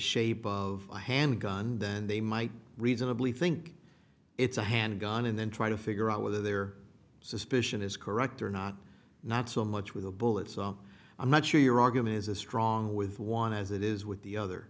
shape of a handgun then they might reasonably think it's a handgun and then try to figure out whether their suspicion is correct or not not so much with a bullet so i'm not sure your argument is a strong with one as it is with the other